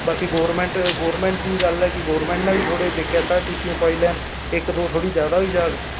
बाकी government government दी गल्ल ऐ गोरमैंट ने बी थोह्ड़े एसआरटीसी पोआई लैन इक्क दो थोह्ड़ी ज्यादा होई जाह्ग